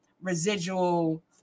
residual